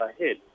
ahead